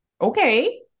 Okay